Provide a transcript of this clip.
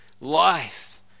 life